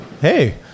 hey